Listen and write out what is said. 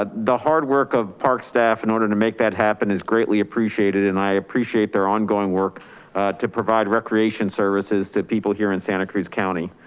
ah the hard work of park staff in order to make that happen is greatly appreciated and i appreciate their ongoing work to provide recreation services to people here in santa cruz county.